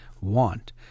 want